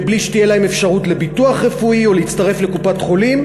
ובלי שתהיה להם אפשרות לביטוח רפואי או להצטרף לקופת-חולים.